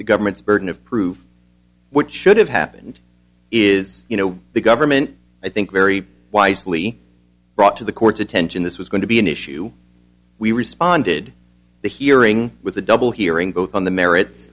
the government's burden of proof what should have happened is you know the government i think very wisely brought to the court's attention this was going to be an issue we responded to hearing with a double hearing both on the merits